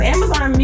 Amazon